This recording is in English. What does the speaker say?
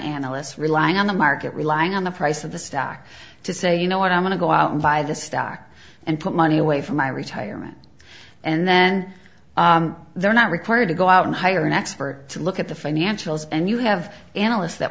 analysts relying on the market relying on the price of the stack to say you know what i'm going to go out and buy this stock and put money away for my retirement and then they're not required to go out and hire an expert to look at the financials and you have analysts that